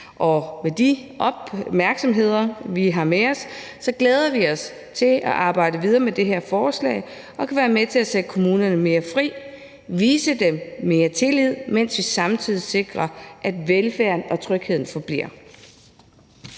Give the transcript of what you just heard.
Med de opmærksomhedspunkter, vi har med os, glæder vi os til at arbejde videre med det her forslag og kunne være med til at sætte kommunerne mere fri, vise dem mere tillid, mens vi samtidig sikrer, at velfærden og trygheden forbliver.